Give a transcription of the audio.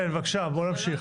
כן, בבקשה, בואו נמשיך.